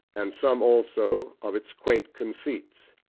and some also of its quaint conceits.